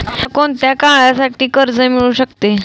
मला कोणत्या काळासाठी कर्ज मिळू शकते?